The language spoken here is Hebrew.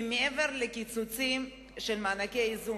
כי מעבר לקיצוצים במענקי איזון,